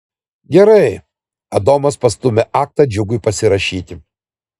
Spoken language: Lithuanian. gerai adomas pastūmė aktą džiugui pasirašyti